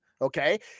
okay